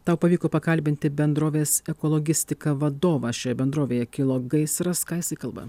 tau pavyko pakalbinti bendrovės ekologistika vadovą šioje bendrovėje kilo gaisras ką jisai kalba